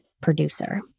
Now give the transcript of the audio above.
producer